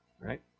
Right